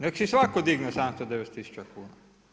Nek si svako digne 790 tisuća kuna.